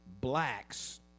blacks